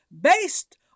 based